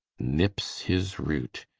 nippes his roote,